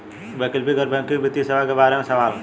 वैकल्पिक गैर बैकिंग वित्तीय सेवा के बार में सवाल?